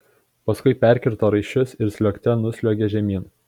paskui perkirto raiščius ir sliuogte nusliuogė žemyn